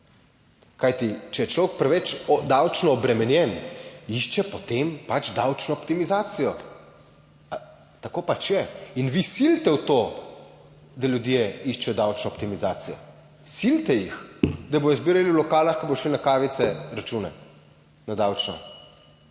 če je človek preveč davčno obremenjen, išče potem pač davčno optimizacijo. Tako pač je. In vi silite v to, da ljudje iščejo davčno optimizacijo, silite jih, da bodo zbirali v lokalih, ko bodo šli na kavice, račune, na davčno.